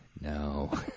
No